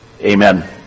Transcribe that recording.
Amen